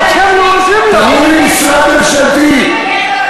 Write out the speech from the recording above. אתם מסיתים נגד חרדים.